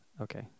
Okay